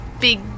big